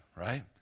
right